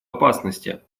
опасности